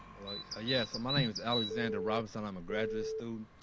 hello ah yes, my name is alexander robinson. i'm a graduate student.